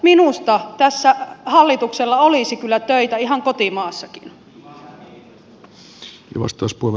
minusta tässä hallituksella olisi kyllä töitä ihan kotimaassakin